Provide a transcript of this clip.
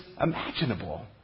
imaginable